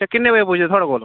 ते किन्ने बजे पुजदे थुआढ़े कोल